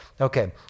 okay